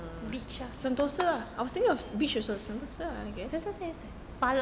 beach ah sentosa is